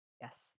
yes